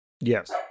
Yes